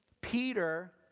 Peter